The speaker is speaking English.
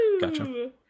Gotcha